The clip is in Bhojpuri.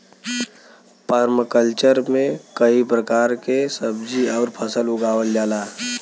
पर्मकल्चर में कई प्रकार के सब्जी आउर फसल उगावल जाला